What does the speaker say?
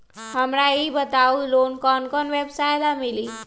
हमरा ई बताऊ लोन कौन कौन व्यवसाय ला मिली?